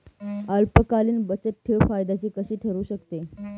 अल्पकालीन बचतठेव फायद्याची कशी ठरु शकते?